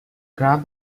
grab